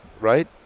right